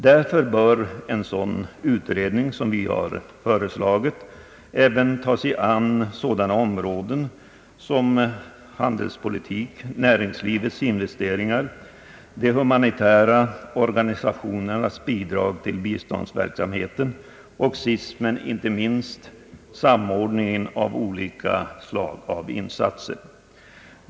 Därför bör en sådan utredning som vi föreslagit även ta sig an sådana områden som handelspolitiken, näringslivets investeringar, de humanitära organisationernas bidrag till biståndsverksamheten och sist men inte minst samordningen av olika slags insatser.